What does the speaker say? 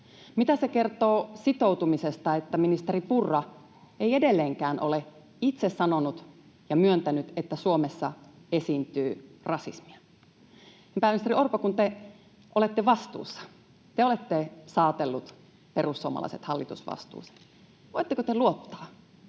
Mitä se kertoo sitoutumisesta, että ministeri Purra ei edelleenkään ole itse sanonut ja myöntänyt, että Suomessa esiintyy rasismia? Pääministeri Orpo, kun te olette vastuussa, te olette saatellut perussuomalaiset hallitusvastuuseen, niin voitteko te luottaa,